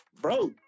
bro